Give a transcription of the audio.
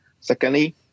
Secondly